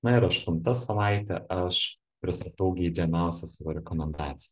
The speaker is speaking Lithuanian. na ir aštunta savaitė aš pristatau geidžiamiausią savo rekomendaciją